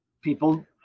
people